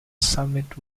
summit